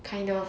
kind of